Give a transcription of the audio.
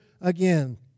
again